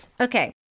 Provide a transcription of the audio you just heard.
Okay